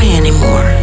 anymore